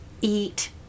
eat